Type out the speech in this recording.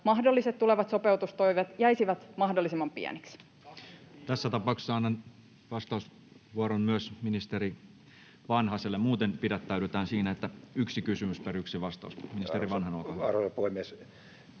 mahdolliset tulevat sopeutustoimet jäisivät mahdollisimman pieniksi. Tässä tapauksessa annan vastausvuoron myös ministeri Vanhaselle. Muuten pidättäydytään siinä, että yksi kysymys per yksi vastaus. — Ministeri Vanhanen, olkaa hyvä. Arvoisa puhemies!